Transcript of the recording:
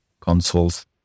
consoles